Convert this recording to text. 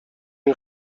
این